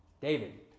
David